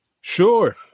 Sure